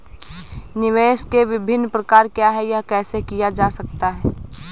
निवेश के विभिन्न प्रकार क्या हैं यह कैसे किया जा सकता है?